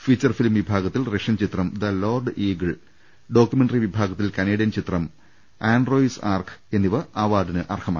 feature film വിഭാഗത്തിൽ Russian ചിത്രം the Lord Eagle documentary വിഭാഗത്തിൽ കനേ ഡിയൻ ചിത്രം ആൻറോയിസ് ആർക് എന്നിവ അവാർഡിന് അർഹമായി